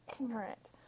ignorant